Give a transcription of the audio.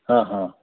ಹಾಂ ಹಾಂ